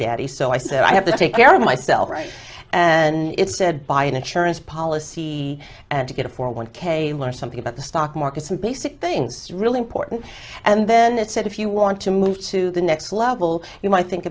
daddy so i said i have to take care of myself right and it's said by an insurance policy and to get a four one k learn something about the stock market some basic things really important and then it said if you want to move to the next level you might think